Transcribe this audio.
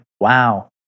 wow